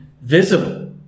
visible